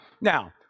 now